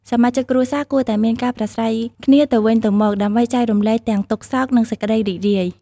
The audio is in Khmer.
សមាជិកគ្រួសារគួរតែមានការប្រាស្រ័យគ្នាទៅវិញទៅមកដើម្បីចែករំលែកទាំងទុក្ខសោក និងសេចក្តីរីករាយ។